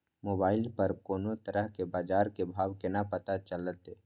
Mobile पर कोनो तरह के बाजार के भाव केना पता चलते?